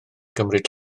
gymryd